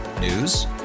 News